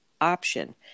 option